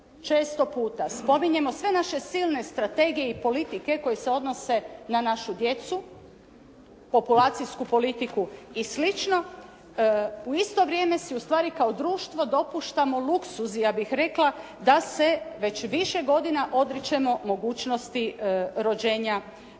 često puta spominjemo sve naše silne strategije i politike koje se odnose na našu djecu, populacijsku politiku i slično u isto vrijeme si ustvari kao društvo dopuštamo luksuz ja bih rekla da se već više godina odričemo mogućnosti rođenja